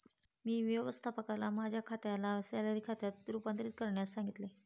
मी व्यवस्थापकाला माझ्या खात्याला सॅलरी खात्यात रूपांतरित करण्यास सांगितले